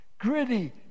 gritty